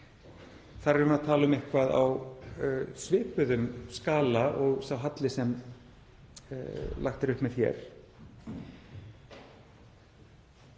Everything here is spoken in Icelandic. Þar erum við að tala um eitthvað á svipuðum skala og þann halla sem lagt er upp með hér.